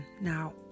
now